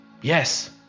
yes